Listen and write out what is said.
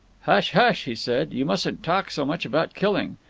hush, hush, he said, you mustn't talk so much about killing.